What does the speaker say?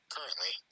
Currently